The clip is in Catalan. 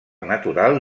natural